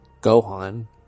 Gohan